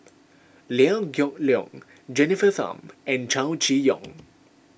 Liew Geok Leong Jennifer Tham and Chow Chee Yong